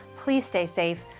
please stay safe,